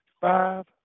five